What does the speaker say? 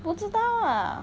不知道啊